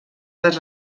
les